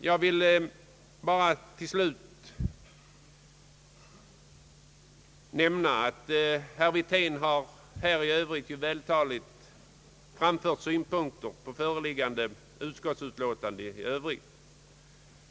Herr Wirtén har mycket vältaligt utvecklat sina synpunkter på det föreliggande utskottsutlåtandet i övrigt.